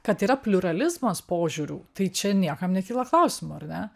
kad yra pliuralizmas požiūrių tai čia niekam nekyla klausimų ar ne